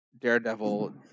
Daredevil